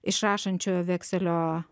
išrašančiojo vekselio